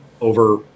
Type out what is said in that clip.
over